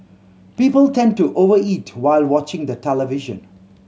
people tend to overeat while watching the television